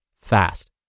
fast